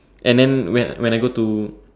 and then when when I go to